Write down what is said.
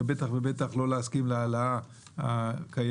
ובטח ובטח לא להסכים להעלאה הקיימת.